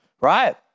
right